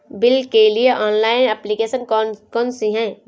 Bill के लिए online application कौन कौन सी हैं?